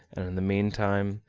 in the meantime,